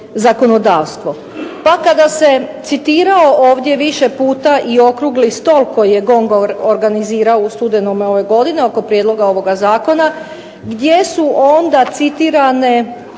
Pa kada se citirao ovdje više puta i okrugli stol koji je GONG organizirao u studenom ove godine, oko prijedloga ovoga zakona, gdje su onda citirane